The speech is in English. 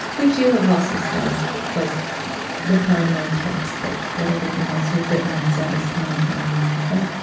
which you have also said was the primary text, that that everything else you've written and said is commentary on this. and,